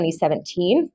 2017